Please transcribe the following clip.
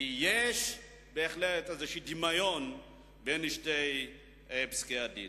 כי יש בהחלט איזשהו דמיון בין שני פסקי-הדין.